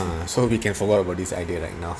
uh so we can forgot about this idea right now